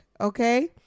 Okay